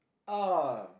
oh